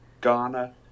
Ghana